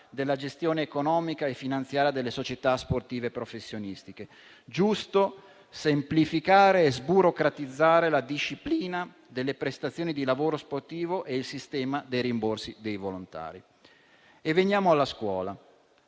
Veniamo alla scuola.